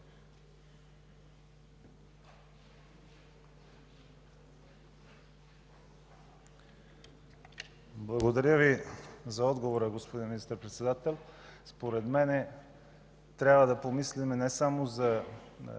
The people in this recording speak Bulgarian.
Благодаря за отговора, господин Министър-председател. Според мен трябва да помислим не само за